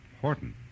Horton